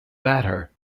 matter